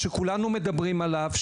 שכולנו מדברים עליו,